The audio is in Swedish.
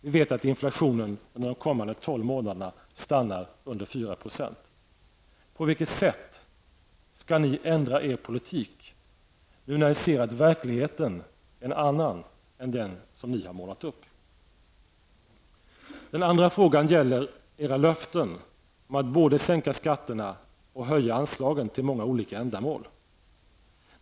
Vi vet att inflationen under de kommande tolv månaderna stannar under På vilket sätt skall ni ändra er politik nu när ni ser att verkligheten är en annan än den som ni målat upp? Den andra frågan gäller era löften om att både sänka skatterna och höja anslagen till många olika ändamål.